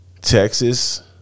Texas